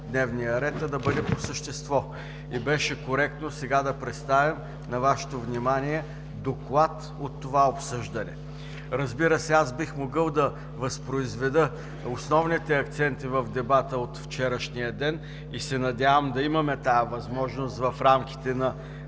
дневния ред, а по същество. Беше коректно сега да представим на Вашето внимание доклад от това обсъждане. Разбира се, бих могъл да възпроизведа основните акценти в дебата от вчерашния ден и се надявам да имаме тази възможност в рамките на